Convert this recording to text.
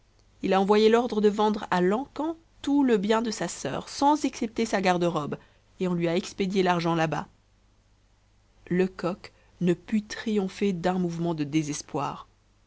il a envoyé l'ordre de vendre à l'encan tout le bien de sa sœur sans excepter sa garde-robe et on lui a expédié l'argent là-bas lecoq ne put triompher d'un mouvement de désespoir